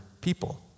people